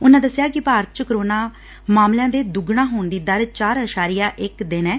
ਉਨੁਾਂ ਦੱਸਿਆ ਕਿ ਭਾਰਤ 'ਚ ਕੋਰੋਨਾ ਮਾਮਲਿਆਂ ਦੇ ਦੁੱਗਣਾ ਹੋਣ ਦੀ ਦਰ ਚਾ ਐਸ਼ਾਰੀਆ ਕਿ ਦਿ ਏ